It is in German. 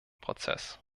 prozess